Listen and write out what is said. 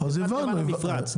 נמל המפרץ.